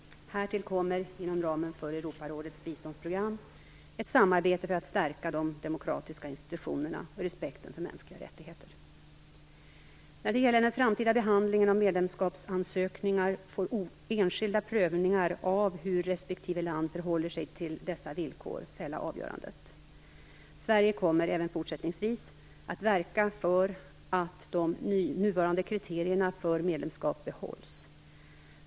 Härtill kommer inom ramen för Europarådets biståndsprogram ett samarbete för att stärka de demokratiska institutionerna och respekten för mänskliga rättigheter. När det gäller den framtida behandlingen av medlemskapsansökningar får enskilda prövningar av hur respektive land förhåller sig till dessa villkor fälla avgörandet. Sverige kommer även fortsättningsvis att verka för att de nuvarande kriterierna för medlemskap behålls.